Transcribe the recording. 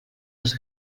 les